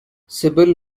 sybil